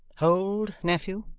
hold, nephew,